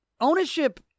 ownership